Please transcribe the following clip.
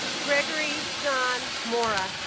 gregory john mora